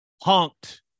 honked